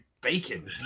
bacon